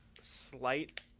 slight